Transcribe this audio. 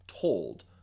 Told